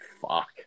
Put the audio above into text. fuck